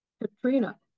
Katrina